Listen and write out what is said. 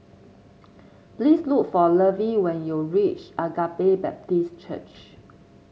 please look for Lovie when you reach Agape Baptist Church